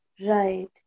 right